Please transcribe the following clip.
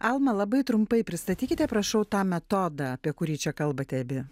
alma labai trumpai pristatykite prašau tą metodą apie kurį čia kalbate abi